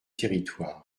territoire